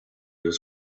was